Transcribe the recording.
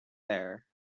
there